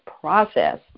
process